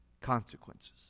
consequences